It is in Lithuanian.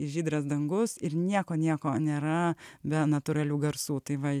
žydras dangus ir nieko nieko nėra be natūralių garsų tai va